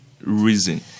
reason